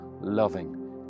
loving